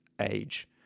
age